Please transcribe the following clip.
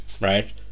Right